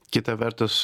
kita vertus